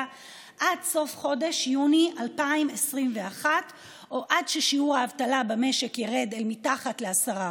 עד סוף חודש יוני 2021 או עד ששיעור האבטלה במשק ירד אל מתחת ל-10%.